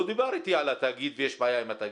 לא דיבר איתי על התאגיד, שיש בעיה עם התאגיד,